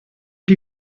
die